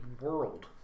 world